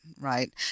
right